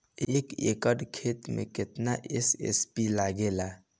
एक एकड़ खेत मे कितना एस.एस.पी लागिल?